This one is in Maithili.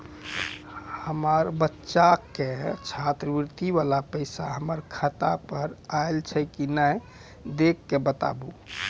हमार बच्चा के छात्रवृत्ति वाला पैसा हमर खाता पर आयल छै कि नैय देख के बताबू?